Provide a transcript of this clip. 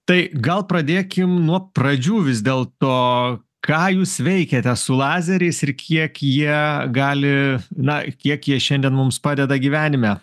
tai gal pradėkim nuo pradžių vis dėlto ką jūs veikiate su lazeriais ir kiek jie gali na kiek jie šiandien mums padeda gyvenime